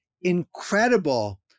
incredible